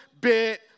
bit